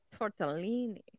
tortellini